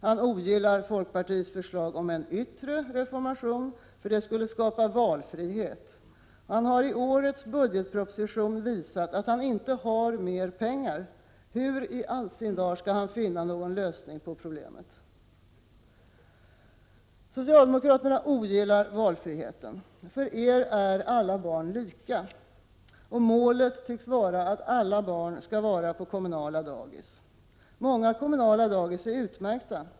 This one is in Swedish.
Han ogillar folkpartiets förslag om en yttre reformation, eftersom det skulle skapa valfrihet. I årets budgetproposition har han visat att han inte har mera pengar. Hur i all sin dar skall han kunna finna någon lösning på problemen? Socialdemokratin ogillar valfrihet. För er är alla barn lika. Målet tycks vara att alla barn skall vara på kommunala dagis. Många kommunala dagis är utmärkta.